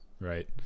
Right